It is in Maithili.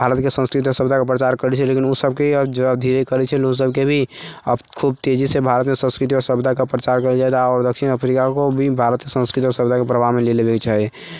भारतके संस्कृति आओर सभ्यताके प्रचार करै छै लेकिन ओसभके अधिक धीरे करै छै ओसभके भी आब खूब तेजीसँ भारतीय संस्कृति आओर सभ्यताके प्रचार करै छै आओर दक्षिण अफ्रिकाको भी भारतीय संस्कृति आओर सभ्यताके प्रभावमे लए लेबाक चाही